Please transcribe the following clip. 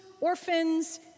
orphans